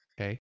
Okay